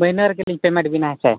ᱢᱟᱹᱦᱤᱱᱟᱹ ᱨᱮᱜᱮ ᱞᱤᱧ ᱯᱮᱭᱢᱮᱴ ᱟᱹᱵᱤᱱᱟ ᱦᱮᱸ ᱥᱮ